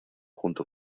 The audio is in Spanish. junto